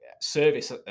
service